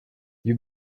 you